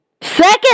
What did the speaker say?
second